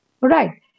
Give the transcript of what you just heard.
Right